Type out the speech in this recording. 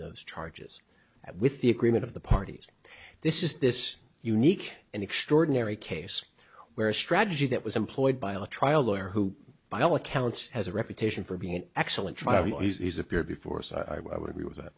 those charges with the agreement of the parties this is this unique and extraordinary case where a strategy that was employed by a trial lawyer who by all accounts has a reputation for being an excellent driver he's appeared before so i would agree with that